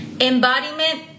Embodiment